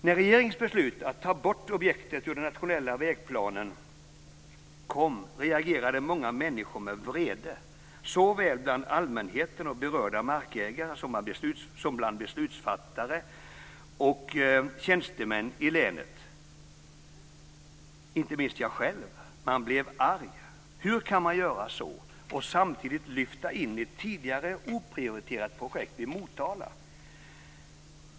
När regeringens beslut att ta bort objektet ur den nationella vägplanen kom reagerade många människor med vrede, såväl bland allmänheten och berörda markägare som bland beslutsfattare och tjänstemän i länet. Inte minst jag själv reagerade. Jag blev arg. Hur kan man göra så, och samtidigt lyfta in ett tidigare oprioriterat projekt vid Motala?